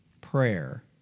prayer